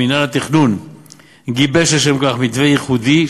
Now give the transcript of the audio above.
מינהל התכנון גיבש לשם כך מתווה ייחודי,